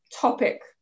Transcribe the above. topic